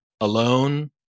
alone